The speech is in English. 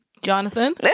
jonathan